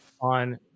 on